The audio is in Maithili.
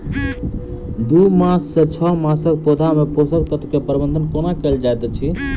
दू मास सँ छै मासक पौधा मे पोसक तत्त्व केँ प्रबंधन कोना कएल जाइत अछि?